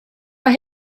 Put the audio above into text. mae